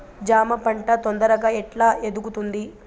జామ పంట తొందరగా ఎట్లా ఎదుగుతుంది?